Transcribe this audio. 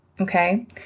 Okay